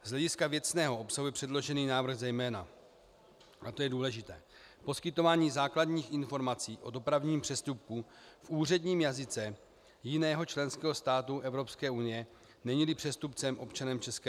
Z hlediska věcného obsahuje předložený návrh zejména a to je důležité poskytování základních informací o dopravním přestupku v úředním jazyce jiného členského státu Evropské unie, neníli přestupce občanem ČR.